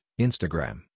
Instagram